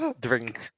drink